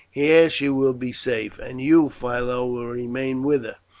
here she will be safe, and you, philo, will remain with her.